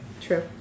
true